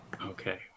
Okay